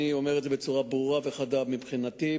אני אומר את זה בצורה ברורה וחדה: מבחינתי,